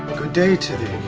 day to thee.